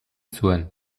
zuen